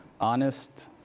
Honest